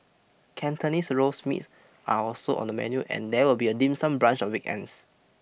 Cantonese roast meats are also on the menu and there will be a dim sum brunch on weekends